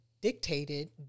dictated